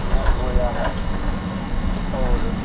मूंग बोया है और